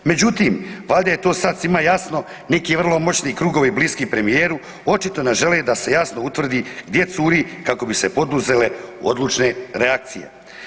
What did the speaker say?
Međutim, valjda je to sad svima jasno, neki vrlo moćni krugovi bliski premijeru očito nas žele da se jasno utvrdi gdje curi kako bi se poduzele odlučne reakcije.